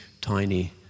tiny